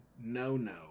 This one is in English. no-no